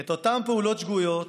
את אותן פעולות שגויות